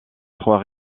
trois